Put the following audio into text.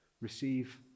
receive